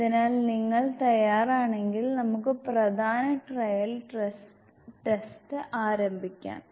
അതിനാൽ നിങ്ങൾ തയ്യാറാണെങ്കിൽ നമുക്ക് പ്രധാന ട്രയൽ ടെസ്റ്റ് ആരംഭിക്കാം